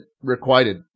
requited